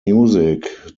music